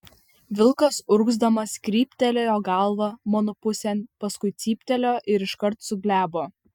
vilkas urgzdamas kryptelėjo galvą mano pusėn paskui cyptelėjo ir iškart suglebo